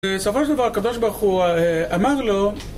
בסופו של דבר הקדוש ברוך הוא אמר לו